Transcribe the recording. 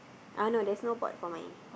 uh no there's no pot for mine